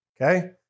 Okay